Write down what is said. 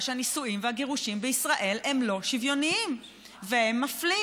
שהנישואים והגירושים בישראל הם לא שוויוניים והם מפלים.